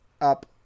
up